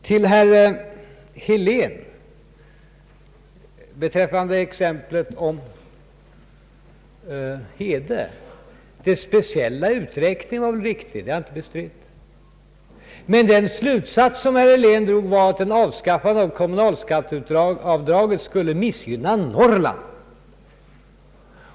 Vad beträffar herr Heléns exempel om Hede så var väl den speciella uträkningen riktig — det har jag inte bestritt — men den slutsats herr Helén drog var att ett avskaffande av kommunalskatteavdraget skulle missgynna Norrland.